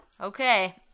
Okay